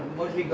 mmhmm